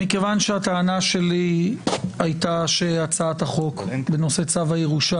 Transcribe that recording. מכיוון שהטענה שלי הייתה שהצעת החוק בנושא צו הירושה